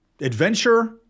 adventure